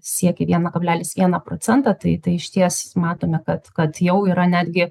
siekė vieną kablelis vieną procentą tai tai išties matome kad kad jau yra netgi